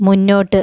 മുന്നോട്ട്